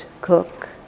cook